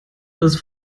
das